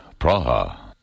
Praha